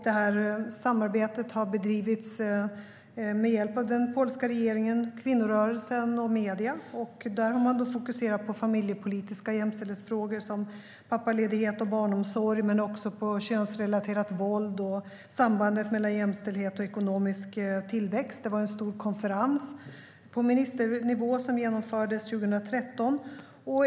Det samarbetet har bedrivits med hjälp av den polska regeringen, kvinnorörelsen och medierna. Där har man fokuserat på familjepolitiska jämställdhetsfrågor som pappaledighet och barnomsorg men också på könsrelaterat våld och sambandet mellan jämställdhet och ekonomisk tillväxt. Det var en stor konferens på ministernivå som genomfördes 2013.